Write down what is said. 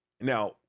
Now